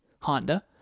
Honda